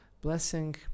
blessing